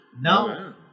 Now